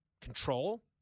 control